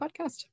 Podcast